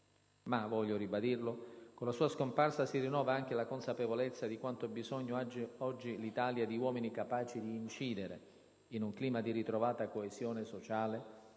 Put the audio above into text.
Ma - voglio ribadirlo - con la sua scomparsa si rinnova anche la consapevolezza di quanto bisogno abbia oggi l'Italia di uomini capaci di incidere, in un clima di ritrovata coesione sociale,